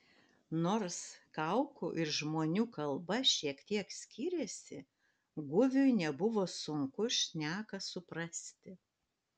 nors kaukų ir žmonių kalba šiek tiek skyrėsi gugiui nebuvo sunku šneką suprasti